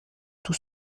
tout